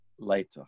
Later